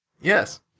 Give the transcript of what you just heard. Yes